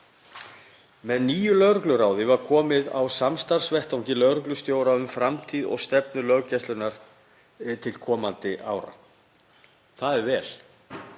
Með nýju lögregluráði var komið á samstarfsvettvangi lögreglustjóra um framtíð og stefnu löggæslunnar til komandi ára. Það er vel.